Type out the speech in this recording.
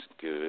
good